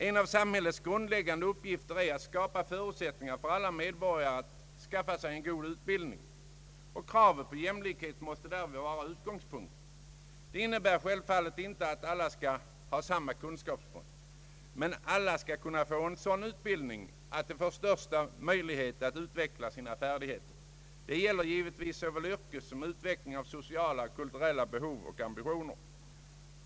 En av samhällets grundläggande uppgifter är att skapa förutsättningar för alla medborgare att skaffa sig en god utbildning. Kravet på jämlikhet måste därvid vara utgångspunkten. Detta innebär självfallet inte ait alla skall ha samma kunskapsmått. Men alla skall kunna få en sådan utbildning, att de har största möjlighet att utveckla sina färdigheter. Detta gäller givetvis såväl yrke som utveckling av sociala och kulturella behov och ambitioner.